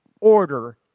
order